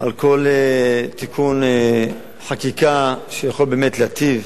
על כל תיקון חקיקה שיכול באמת להיטיב,